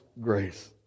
grace